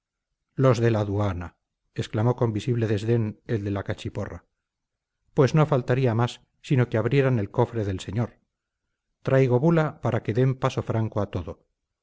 los de la aduana exclamó con visible desdén el de la cachiporra pues no faltaría más sino que abrieran el cofre del señor traigo bula para que den paso franco a todo